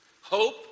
Hope